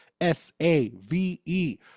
s-a-v-e